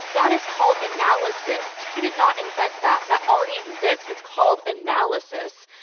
that is called analysis. he did not invent that. that already exists, it's called analysis,